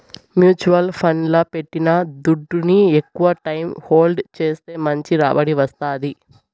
mutual ఫండ్లల్ల పెట్టిన దుడ్డుని ఎక్కవ టైం హోల్డ్ చేస్తే మంచి రాబడి వస్తాది